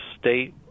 state